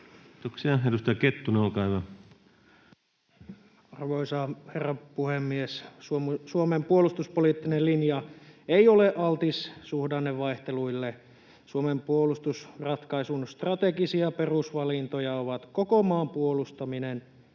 Time: 17:01 Content: Arvoisa herra puhemies! Suomen puolustuspoliittinen linja ei ole altis suhdannevaihteluille. Suomen puolustusratkaisun strategisia perusvalintoja ovat koko maan puolustaminen,